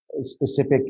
specific